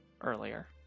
earlier